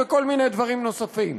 וכל מיני דברים נוספים.